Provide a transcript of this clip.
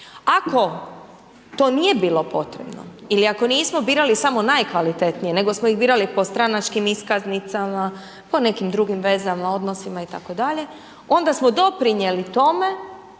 Ako to nije bilo potrebno ili ako nismo birali samo najkvalitetnije, nego smo ih birali po stranačkim iskaznicama, po nekim drugim vezama, odnosima itd., onda smo doprinijeli tome